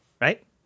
Right